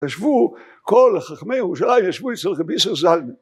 ישבו, כל חכמי ירושלים ישבו אצל רב איסר זלמן